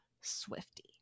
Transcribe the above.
Swifty